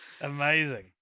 Amazing